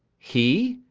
he,